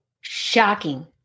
Shocking